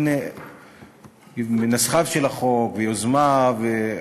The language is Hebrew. מנסחיו של החוק ויוזמיו,